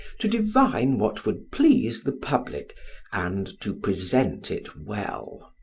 to divine what would please the public and to present it well.